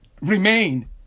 Remain